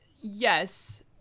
Yes